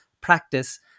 practice